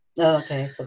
Okay